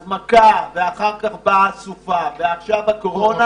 אז זה, ואחר כך סופה, ואחר כך קורונה